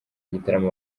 gitaramo